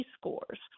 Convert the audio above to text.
scores